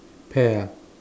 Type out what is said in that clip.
pear ah